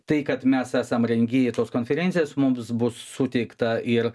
tai kad mes esam rengėjai tos konferencijos mums bus suteikta ir